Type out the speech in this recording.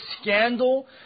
scandal